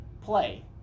play